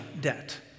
debt